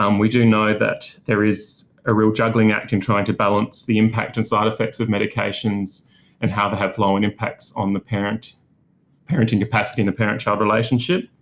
um we do know that there is a real juggling act in trying to balance the impact and side effects of medications and how to have lower and impacts on the parenting parenting capacity and the parent-child relationship.